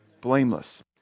Blameless